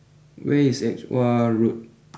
where is Edgware Road